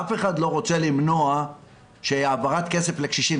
אף אחד לא רוצה למנוע העברת כסף לקשישים.